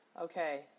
Okay